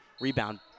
Rebound